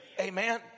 Amen